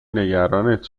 نگرانت